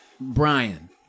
Brian